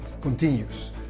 continues